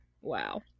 wow